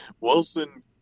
Wilson